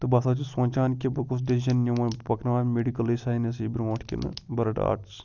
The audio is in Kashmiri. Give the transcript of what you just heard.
تہٕ بہٕ ہسا چھُس سونٛچان کہِ بہٕ کُس ڈیٚسجَن نِمہٕ وۄنۍ بہٕ پَکناوہ میٚڈِکَلٕے ساینَسٕے برٛونٛٹھ کِنہٕ بہٕ رٹہٕ آرٹٕس